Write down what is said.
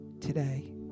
today